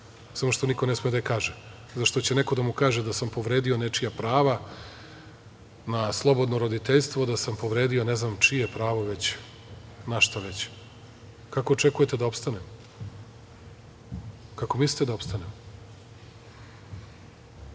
samo što ne sme niko da je kaže, zato što će neko da mu kaže da sam povredio nečija prava na slobodno roditeljstvo, da sam povredio ne znam čije pravo na šta već. Kako očekujete da opstanemo? Kako mislite da